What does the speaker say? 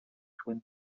twin